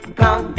come